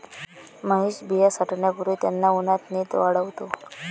महेश बिया साठवण्यापूर्वी त्यांना उन्हात नीट वाळवतो